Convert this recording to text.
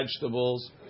vegetables